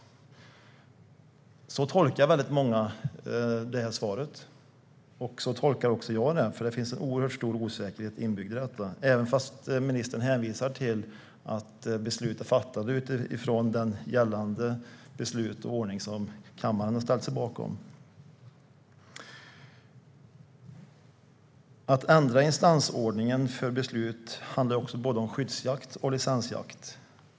Så tolkar många det här svaret. Så tolkar också jag det. Det finns en oerhört stor osäkerhet inbyggd i detta även om ministern hänvisar till att beslut är fattade utifrån de gällande beslut och den ordning som kammaren har ställt sig bakom. Att ändra instansordningen för beslut handlar om både skyddsjakt och licensjakt.